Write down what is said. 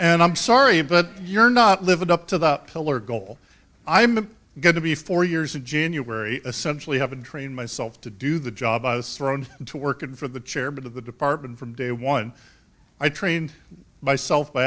and i'm sorry but you're not living up to the pillar goal i'm going to be four years in january essentially haven't trained myself to do the job i was thrown into working for the chairman of the department from day one i trained myself by